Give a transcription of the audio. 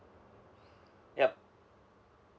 yup